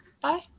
bye